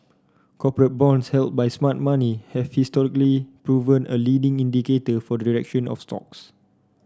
bonds held by smart money have historically proven a leading indicator for the direction of stocks